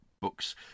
books